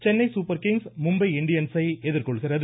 Chennai Super Kings Mumbai இண்டியன்சை எதிர்கொள்கிறது